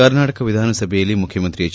ಕರ್ನಾಟಕ ವಿಧಾನಸಭೆಯಲ್ಲಿ ಮುಖ್ಚಮಂತ್ರಿ ಎಚ್